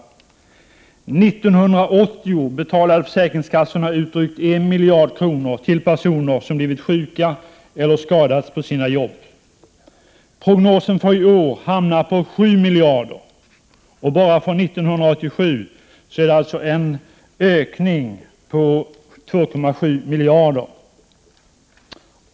År 1980 betalade försäkringskassorna drygt en miljard kronor till personer som blivit sjuka eller skadats på sina jobb. Prognosen för i år ligger på 7 miljarder kronor. Bara från 1987 är det alltså en ökning på 2,7 miljarder.